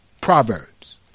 Proverbs